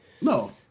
No